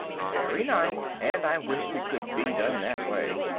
very nice, and i wished it could be done that way.